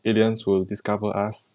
aliens will discover us